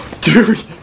Dude